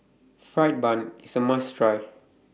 Fried Bun IS A must Try